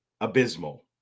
abysmal